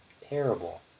terrible